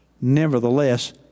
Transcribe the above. nevertheless